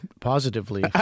positively